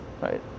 right